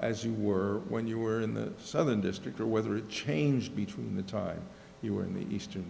as you were when you were in the southern district or whether it changed between the time you were in the eastern